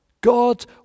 God